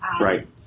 Right